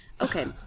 okay